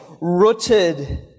rooted